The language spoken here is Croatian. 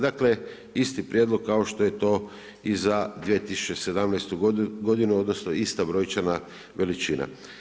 Dakle, isti prijedlog kao što je to i za 2017. odnosno, isto brojčana veličina.